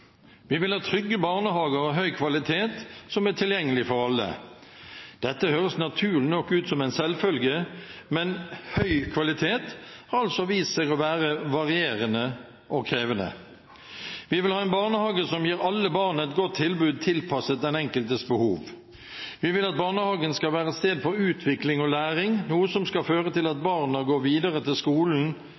Vi vil ha trygge barnehager av høy kvalitet som er tilgjengelig for alle. Dette høres naturlig nok ut som en selvfølge, men «høy kvalitet» har altså vist seg å være varierende og krevende. Vi vil ha en barnehage som gir alle barn et godt tilbud tilpasset den enkeltes behov. Vi vil at barnehagen skal være et sted for utvikling og læring, noe som skal føre til at når barna går videre til skolen,